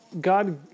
God